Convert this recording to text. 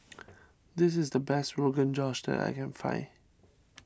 this is the best Rogan Josh that I can find